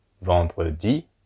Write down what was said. vendredi